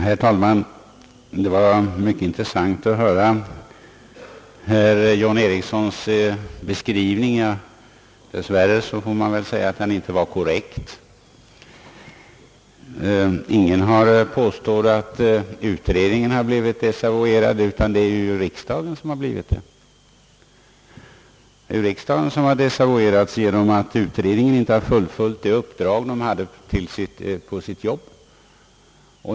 Herr talman! Det var mycket intressant att höra herr John Ericssons beskrivning — dess värre får man väl säga att den inte var korrekt. Ingen har påstått att utredningen blivit desavuerad, utan det är riksdagen som har blivit det genom att utredningen inte har fullföljt det uppdrag den fått.